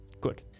Good